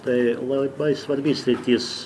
tai labai svarbi sritis